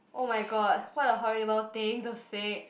oh-my-god what a horrible thing to say